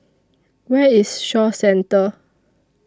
Where IS Shaw Centre